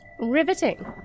riveting